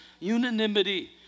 unanimity